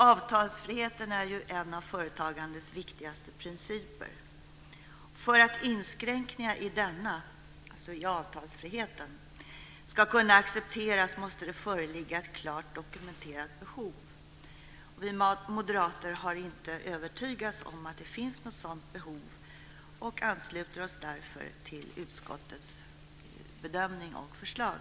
Avtalsfriheten är en av företagandets viktigaste principer, och för att inskränkningar i denna ska accepteras måste det föreligga ett klart dokumenterat behov. Vi moderater har inte övertygats om att det finns något sådant behov och ansluter oss därför till utskottets bedömning och förslag.